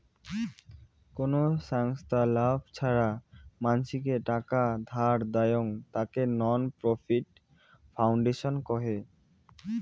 কোন ছংস্থা লাভ ছাড়া মানসিকে টাকা ধার দেয়ং, তাকে নন প্রফিট ফাউন্ডেশন কহে